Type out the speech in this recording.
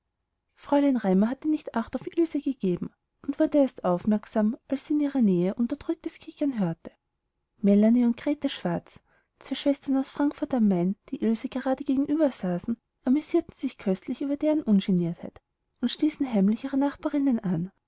fräulein raimar hatte nicht acht auf ilse gegeben und wurde erst aufmerksam als sie in ihrer nähe unterdrücktes kichern hörte melanie und grete schwarz zwei schwestern aus frankfurt am main die ilse gerade gegenüber saßen amüsierten sich köstlich über deren ungeniertheit stießen heimlich ihre nachbarinnen an